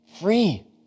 free